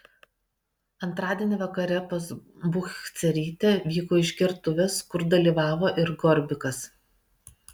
antradienį vakare pas buchcerytę vyko išgertuvės kur dalyvavo ir gorbikas